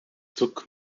took